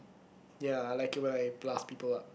ya I like it when I blast people up